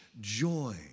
joy